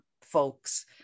folks